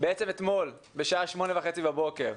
אתמול בשעה 8:30 בבוקר.